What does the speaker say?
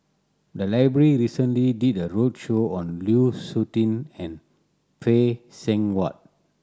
the library recently did a roadshow on Lu Suitin and Phay Seng Whatt